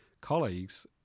colleagues